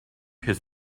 his